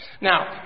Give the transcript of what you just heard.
Now